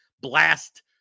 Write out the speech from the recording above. blast